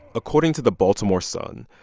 according to the baltimore sun,